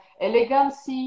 elegance